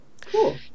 Cool